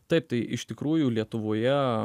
taip tai iš tikrųjų lietuvoje